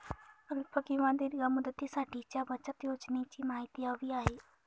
अल्प किंवा दीर्घ मुदतीसाठीच्या बचत योजनेची माहिती हवी आहे